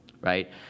Right